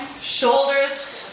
Shoulders